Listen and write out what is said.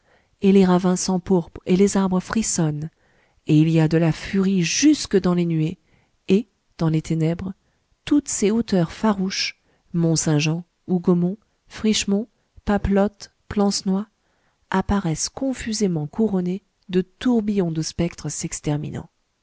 et les ravins s'empourprent et les arbres frissonnent et il y a de la furie jusque dans les nuées et dans les ténèbres toutes ces hauteurs farouches mont-saint-jean hougomont frischemont papelotte plancenoit apparaissent confusément couronnées de tourbillons de spectres s'exterminant